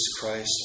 Christ